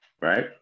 right